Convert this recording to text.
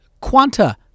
Quanta